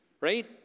right